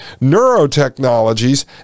neurotechnologies